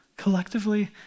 collectively